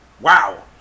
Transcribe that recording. wow